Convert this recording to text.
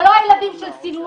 זה לא הילדים של סינוואר,